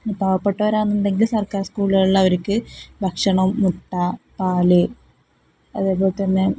പാവപ്പെട്ടവരാണെന്നുണ്ടെങ്കിൽ സർക്കാർ സ്കൂളുകളില് അവര്ക്കു ഭക്ഷണം മുട്ട പാല് അതേപോലെത്തന്നെ